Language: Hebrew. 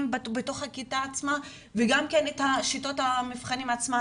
בתוך הכיתה עצמה ואת שיטות המבחנים עצמם,